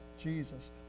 Jesus